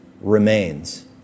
remains